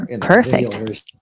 perfect